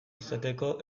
izateko